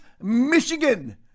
Michigan